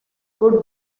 good